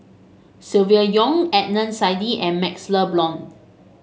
Silvia Yong Adnan Saidi and MaxLe Blond